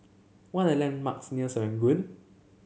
what are the landmarks near Serangoon